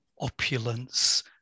opulence